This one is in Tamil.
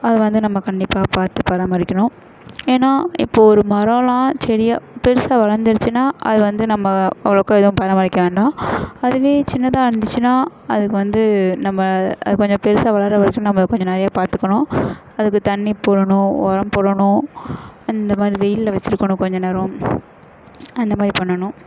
அது வந்து நம்ம கண்டிப்பாக பார்த்து பராமரிக்கணும் ஏனால் இப்போது ஒரு மரமெல்லாம் செடியாக பெரிசா வளர்ந்துருச்சின்னா அது வந்து நம்ம அவ்வளோக்கா எதுவும் பராமரிக்க வேண்டாம் அதுவே சின்னதாக இருந்துச்சுனா அதுக்கு வந்து நம்ம அது கொஞ்சம் பெரிசா வளர்ற வரைக்கும் நம்ம கொஞ்சம் நிறையா பார்த்துக்கணும் அதுக்கு தண்ணி போடணும் உரம் போடணும் அந்தமாதிரி வெயிலில் வச்சுருக்கணும் கொஞ்சம் நேரம் அந்தமாதிரி பண்ணணும்